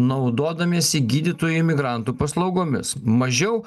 naudodamiesi gydytojų imigrantų paslaugomis mažiau